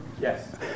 Yes